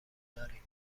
داریم